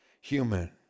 human